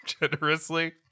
Generously